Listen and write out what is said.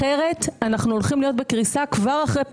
אחרת אנחנו הולכים להיות בקריסה כבר אחרי פסח,